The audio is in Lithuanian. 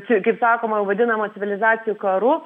kaip sakoma vadinamą civilizacijų karu